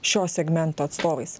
šio segmento atstovais